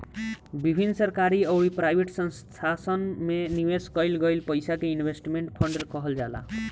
विभिन्न सरकारी अउरी प्राइवेट संस्थासन में निवेश कईल गईल पईसा के इन्वेस्टमेंट फंड कहल जाला